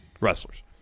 wrestlers